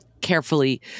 carefully